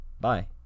Bye